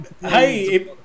hey